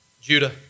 Judah